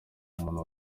muntu